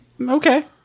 Okay